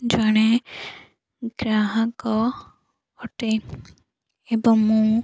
ଜଣେ ଗ୍ରାହକ ଅଟେ ଏବଂ ମୁଁ